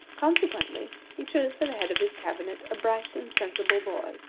consequently he chose for the head of his cabinet a bright and sensible boy,